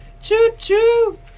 Choo-choo